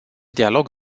dialog